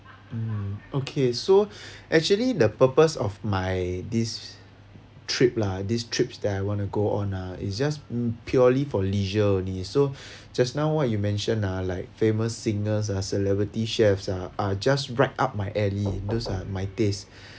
mm okay so actually the purpose of my this trip lah these trips that I want to go on ah is just purely for leisure only so just now what you mention ah like famous singers ah celebrity chefs ah are just right up my alley those are my tastes